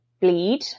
bleed